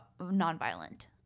nonviolent